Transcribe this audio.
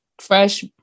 fresh